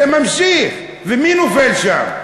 זה ממשיך, ומי נופל שם?